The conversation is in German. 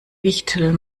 wichtel